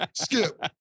Skip